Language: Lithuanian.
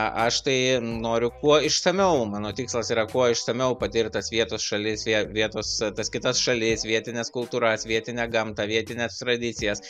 a aš tai noriu kuo išsamiau mano tikslas yra kuo išsamiau patirt tas vietos šalis vie vietos tas kitas šalis vietines kultūras vietinę gamtą vietines tradicijas